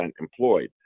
employed